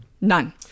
none